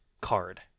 card